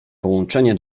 połączenie